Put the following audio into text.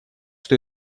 что